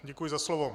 Děkuji za slovo.